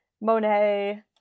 Monet